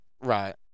Right